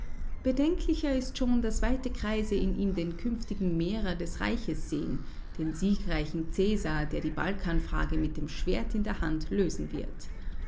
bedenklicher ist schon daß weite kreise in ihm den künftigen mehrer des reiches sehen den siegreichen cäsar der die balkanfrage mit dem schwert in der hand lösen wird